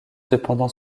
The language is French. cependant